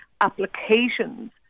applications